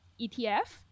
etf